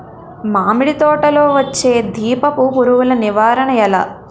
మామిడి తోటలో వచ్చే దీపపు పురుగుల నివారణ ఎలా?